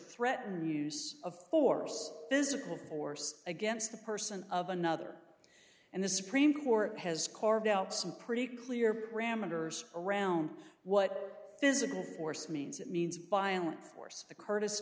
threaten use of force physical force against the person of another and the supreme court has carved out some pretty clear parameters around what physical force means it means by an force the curtis